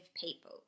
People